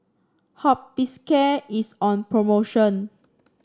Hospicare is on promotion